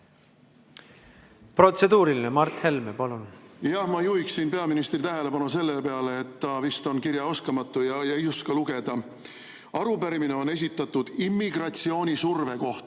Protseduuriline, Mart Helme, palun! Ma juhiksin peaministri tähelepanu sellele, et ta vist on kirjaoskamatu ja ei oska lugeda. Arupärimine on esitatud immigratsioonisurve kohta.